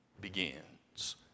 begins